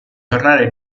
tornare